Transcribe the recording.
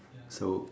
so